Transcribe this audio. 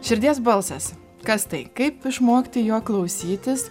širdies balsas kas tai kaip išmokti jo klausytis